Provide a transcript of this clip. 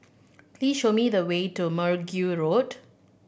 please show me the way to Mergui Road